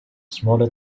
smaller